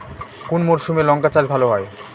কোন মরশুমে লঙ্কা চাষ ভালো হয়?